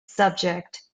subject